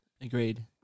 Agreed